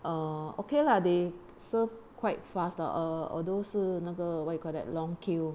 a'ah okay lah they serve quite fast ah although 是那个 what you call that long queue